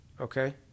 okay